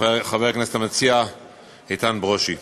חבר הכנסת המציע איתן ברושי,